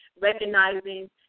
recognizing